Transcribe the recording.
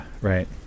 right